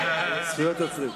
זכויות יוצרים.